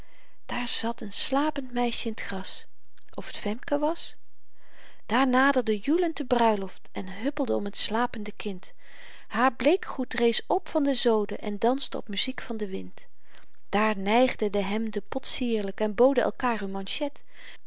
daar zat een slapend meisje in t gras of t femke was daar naderde joelend de bruiloft en huppelde om t slapende kind haar bleekgoed rees op van de zoden en danste op muziek van den wind daar neigden de hemden potsierlyk en boden elkaêr hun manchet